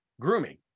grooming